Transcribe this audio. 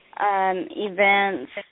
events